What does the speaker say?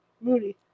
Moody